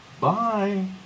Bye